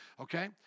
Okay